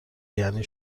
یعنی